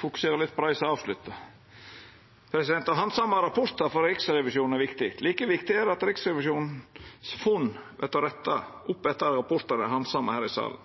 fokusera litt på dei som er avslutta. Å handsama rapportar frå Riksrevisjonen er viktig. Like viktig er det at Riksrevisjonens funn vert retta opp etter at rapportane er handsama her i salen.